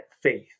faith